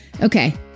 okay